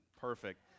perfect